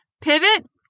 pivot